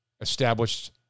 established